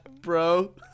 bro